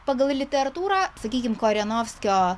pagal literatūrą sakykim korenovskio